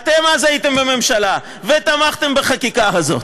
אתם הייתם אז בממשלה ותמכתם בחקיקה הזאת.